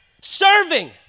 serving